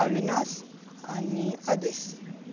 अविनास आणि आदेस